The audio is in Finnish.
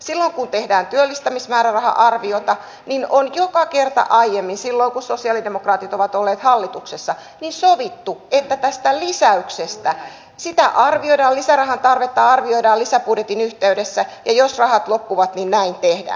silloin kun tehdään työllistämismääräraha arviota on joka kerta aiemmin silloin kun sosialidemokraatit ovat olleet hallituksessa sovittu että tästä lisäyksestä ja sitä arvioida lisärahan tarvetta arvioidaan lisäbudjetin yhteydessä ja jos rahat loppuvat niin näin tehdään